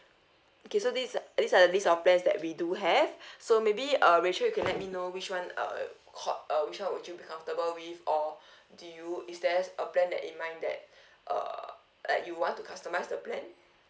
okay so these these are the list of plans that we do have so maybe uh rachel you can let me know which one uh caught uh which one would you be comfortable with or do you is there's a plan that in mind that uh like you want to customise the plan